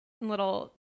little